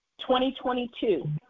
2022